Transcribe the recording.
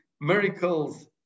miracles